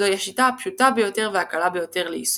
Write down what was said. זוהי השיטה הפשוטה ביותר והקלה ביותר ליישום.